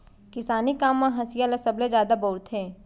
किसानी काम म हँसिया ल सबले जादा बउरथे